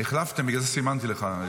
החלפתם, בגלל זה סימנתי לך.